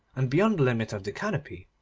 and beyond the limit of the canopy,